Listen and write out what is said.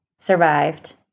survived